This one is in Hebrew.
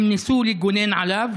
הם ניסו לגונן עליו,